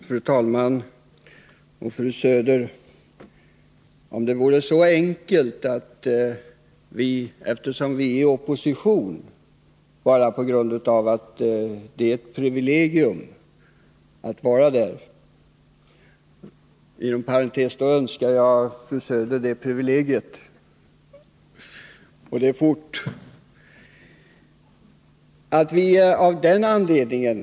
Fru talman! Det är nog inte så enkelt, fru Söder, att vi bara på grund av att det skulle vara ett privilegium att vara i opposition — låt mig inom parentes säga att jag i så fall önskar att fru Söder får det privilegiet, och det snart — har möjlighet att föreslå att man skall öka de här beloppen.